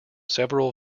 several